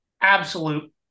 absolute